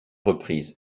reprises